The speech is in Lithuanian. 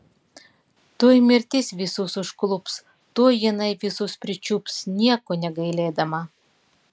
tuoj mirtis visus užklups tuoj jinai visus pričiups nieko negailėdama